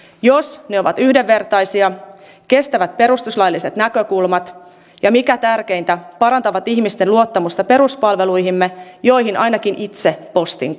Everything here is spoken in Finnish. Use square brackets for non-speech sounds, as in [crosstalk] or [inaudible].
jos ne ovat yhdenvertaisia kestävät perustuslailliset näkökulmat ja mikä tärkeintä parantavat ihmisten luottamusta peruspalveluihimme joihin ainakin itse postin [unintelligible]